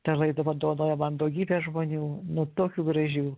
ta laida padovanojo man daugybę žmonių nu tokių gražių